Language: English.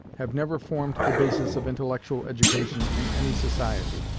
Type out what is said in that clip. have never formed the basis of intellectual education in any society.